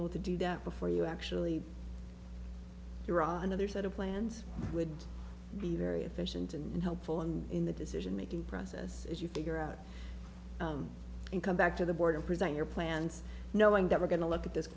able to do that before you actually iran and other set of plans would be very efficient and helpful and in the decision making process as you figure out and come back to the board and present your plans knowing that we're going to look at this